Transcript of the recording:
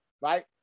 right